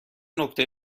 نکته